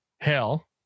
hell